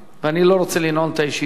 ואני לא רוצה לנעול את הישיבה,